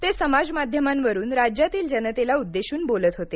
ते समाज माध्यमांवरून राज्यातील जनतेला उद्देशून बोलत होते